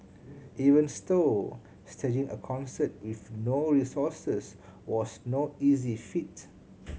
even stove staging a concert with no resources was no easy feat